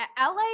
LA